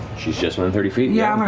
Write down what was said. she's just within thirty feet, yeah. ah